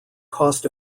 cost